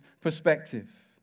perspective